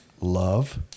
love